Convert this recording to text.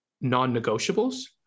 non-negotiables